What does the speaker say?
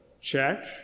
check